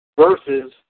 versus